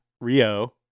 Rio